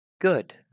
Good